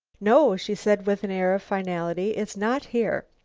no, she said with an air of finality, it's not here.